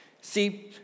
See